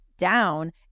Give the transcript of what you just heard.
down